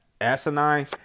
asinine